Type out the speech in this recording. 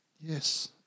Yes